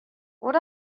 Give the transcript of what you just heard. what